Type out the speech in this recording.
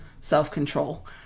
self-control